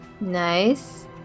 Nice